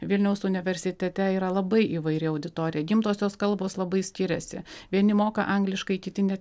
vilniaus universitete yra labai įvairi auditorija gimtosios kalbos labai skiriasi vieni moka angliškai kiti ne